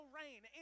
rain